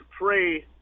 pray